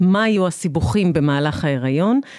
מה היו הסיבוכים במהלך ההיריון?